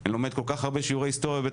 ואני לומד כל כך הרבה שיעורי היסטוריה בבית